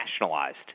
nationalized